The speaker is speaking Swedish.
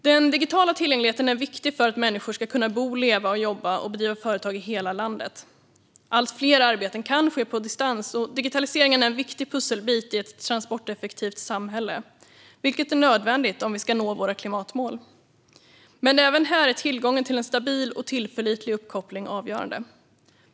Den digitala tillgängligheten är viktig för att människor ska kunna bo, leva, jobba och driva företag i hela landet. Allt fler arbeten kan ske på distans. Digitaliseringen är en viktig pusselbit i ett transporteffektivt samhälle, vilket är nödvändigt om vi ska nå våra klimatmål. Men även här är tillgången till en stabil och tillförlitlig uppkoppling avgörande.